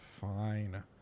fine